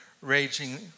raging